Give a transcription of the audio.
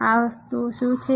આ વસ્તુઓ શું છે